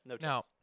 Now